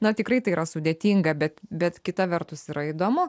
na tikrai tai yra sudėtinga bet bet kita vertus yra įdomu